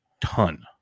ton